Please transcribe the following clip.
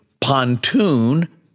pontoon